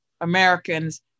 Americans